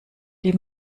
die